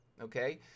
okay